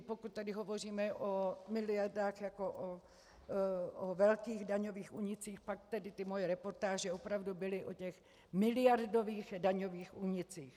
Pokud tady hovoříme o miliardách jako o velkých daňových únicích, pak tedy ty moje reportáže opravdu byly o těch miliardových daňových únicích.